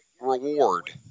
reward